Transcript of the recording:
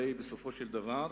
בסופו של דבר,